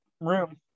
room